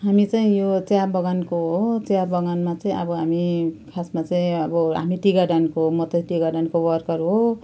हामी चाहिँ यो चियाबगानको हो चियागानमा चाहिँ अब हामी खासमा चाहिँ अब हामी टी गार्डनको म त टी गार्डनको वर्कर हो